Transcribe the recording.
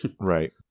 Right